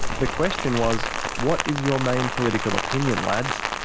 the question was what is your main political opinion lads?